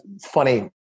Funny